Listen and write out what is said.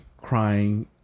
crying